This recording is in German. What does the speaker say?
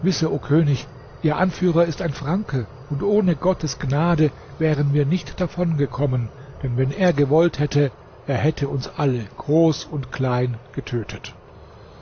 wisse o könig ihr anführer ist ein franke und ohne gottes gnade wären wir nicht davongekommen denn wenn er gewollt hätte er hätte uns alle groß und klein getötet